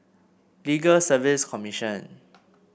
Legal Service Commission